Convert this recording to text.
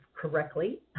correctly